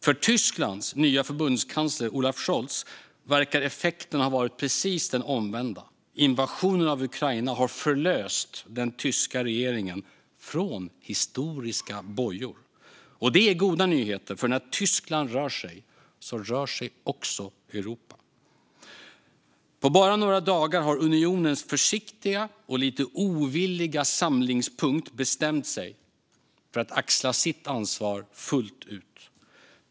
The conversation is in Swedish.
För Tysklands nya förbundskansler Olaf Scholz verkar effekten ha blivit precis den omvända: Invasionen av Ukraina har förlöst den tyska regeringen från historiska bojor. Det är goda nyheter, för när Tyskland rör sig rör sig också Europa. På bara några dagar har unionens försiktiga och lite ovilliga samlingspunkt bestämt sig för att axla sitt ansvar fullt ut.